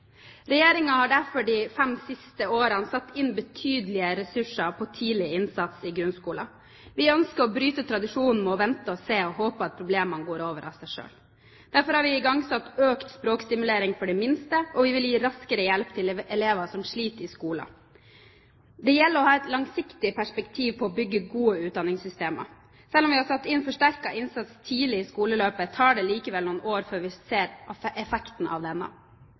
har derfor de fem siste årene satt inn betydelige ressurser på tidlig innsats i grunnskolen. Vi ønsker å bryte tradisjonen med å vente og se og håpe at problemene går over av seg selv. Derfor har vi igangsatt økt språkstimulering for de minste, og vi vil gi raskere hjelp til elever som sliter i skolen. Det gjelder å ha et langsiktig perspektiv på å bygge gode utdanningssystemer. Selv om vi har satt inn forsterket innsats tidlig i skoleløpet, tar det likevel noen år før vi ser effekten av denne.